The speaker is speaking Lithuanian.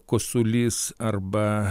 kosulys arba